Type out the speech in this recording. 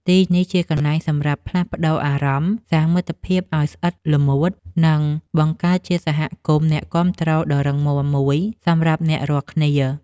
ទីនេះជាកន្លែងសម្រាប់ផ្លាស់ប្តូរអារម្មណ៍ សាងមិត្តភាពឱ្យស្អិតល្មួត និង បង្កើតជាសហគមន៍អ្នកគាំទ្រដ៏រឹងមាំមួយសម្រាប់អ្នករាល់គ្នា។